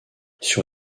sur